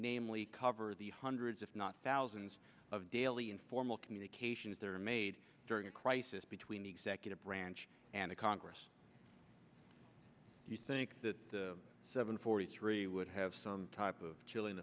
namely cover the hundreds if not thousands of daily informal communications there are made during a crisis between the executive branch and the congress do you think that the seven forty three would have some type of chilling